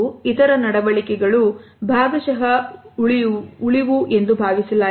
ಇತರ ನಡವಳಿಕೆಗಳು ಭಾಗಶಹ ಉಳಿವು ಎಂದು ಭಾವಿಸಲಾಗಿದೆ